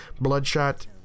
Bloodshot